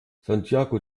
santiago